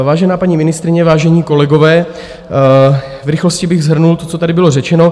Vážená paní ministryně, vážení kolegové, v rychlosti bych shrnul to, co tady bylo řečeno.